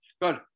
Good